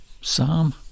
Psalm